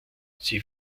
sie